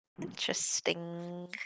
interesting